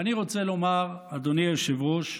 ואני רוצה לומר, אדוני היושב-ראש,